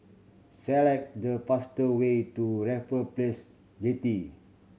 select the faster way to Raffle Place Jetty